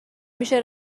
میشه